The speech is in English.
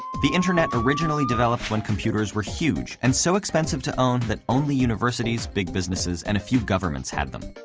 the internet originally developed when computers were huge and so expensive to own that only universities, big businesses, and a few governments had them.